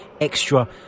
extra